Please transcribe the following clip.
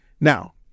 Now